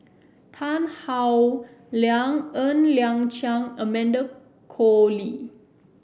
Tan Howe Liang Ng Liang Chiang Amanda Koe Lee